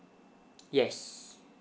yes